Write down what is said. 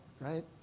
right